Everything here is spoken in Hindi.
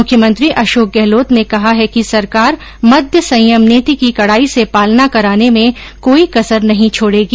मुख्यमंत्री अशोक गहलोत ने कहा है कि सरकार मद्य संयम नीति की कडाई से पालना कराने में कोई कसर ैनहीं छोडेगी